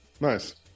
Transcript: nice